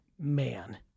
man